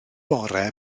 bore